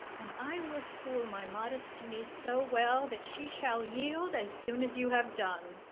and i will school my modest niece so well, that she shall yield as soon as you have done.